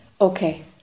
Okay